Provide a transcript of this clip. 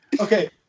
Okay